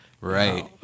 Right